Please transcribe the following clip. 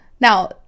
now